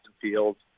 Fields